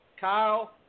Kyle